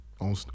on